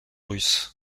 russe